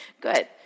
Good